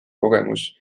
kogemus